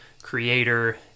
creator